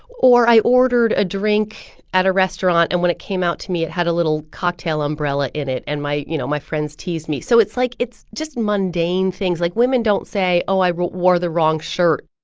or i ordered a drink at a restaurant and when it came out to me, it had a little cocktail umbrella in it, and my, you know, my friends teased me. so it's like it's just mundane things. like women don't say, oh, i wore the wrong shirt